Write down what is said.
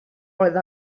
oedd